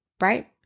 Right